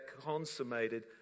consummated